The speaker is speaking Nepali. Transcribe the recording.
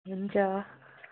हुन्छ